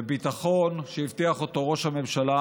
וביטחון שהבטיח אותו ראש הממשלה,